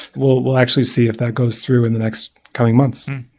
we'll we'll actually see if that goes through in the next coming months.